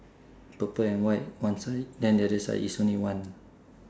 purple and white one side then the other side is only one